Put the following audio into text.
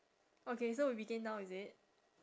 okay so we begin now is it